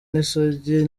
isugi